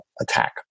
attack